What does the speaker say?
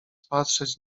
patrzeć